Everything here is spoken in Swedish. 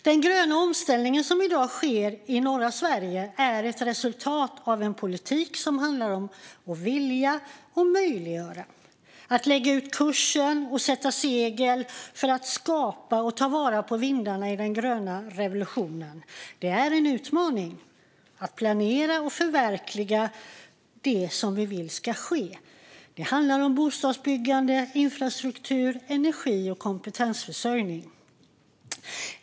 Den gröna omställning som i dag sker i norra Sverige är ett resultat av en politik som handlar om att vilja och möjliggöra och om att lägga ut kursen och sätta segel för att skapa och ta vara på vindarna i den gröna revolutionen. Det är en utmaning att planera och förverkliga det som vi vill ska ske. Det handlar om bostadsbyggande, infrastruktur, energi och kompetensförsörjning.